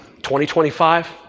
2025